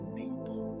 neighbor